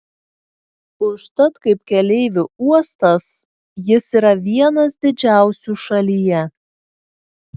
užtat kaip keleivių uostas jis yra vienas didžiausių šalyje